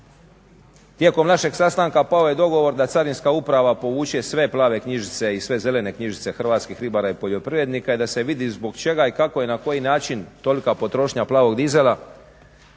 Tijekom našeg sastanka pao je dogovor da Carinska uprava povuče sve plave i zelene knjižice hrvatskih ribara i poljoprivrednika i da se vidi i zbog čega, kako i na koji način je tolika potrošnja plavog dizela.